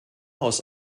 aus